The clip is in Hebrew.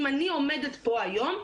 אם אני עומדת פה היום,